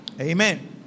Amen